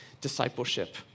discipleship